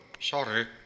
sorry